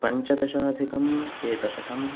पञ्चदशाधिकम् एकशतम्